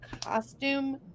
Costume